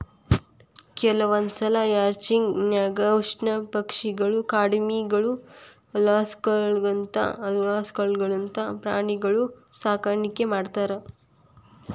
ಕೆಲವಂದ್ಸಲ ರ್ಯಾಂಚಿಂಗ್ ನ್ಯಾಗ ಉಷ್ಟ್ರಪಕ್ಷಿಗಳು, ಕಾಡೆಮ್ಮಿಗಳು, ಅಲ್ಕಾಸ್ಗಳಂತ ಪ್ರಾಣಿಗಳನ್ನೂ ಸಾಕಾಣಿಕೆ ಮಾಡ್ತಾರ